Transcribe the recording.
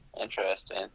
interesting